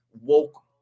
woke